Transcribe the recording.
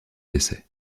décès